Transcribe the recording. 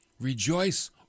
Rejoice